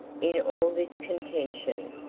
in all this contention,